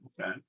Okay